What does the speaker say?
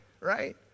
right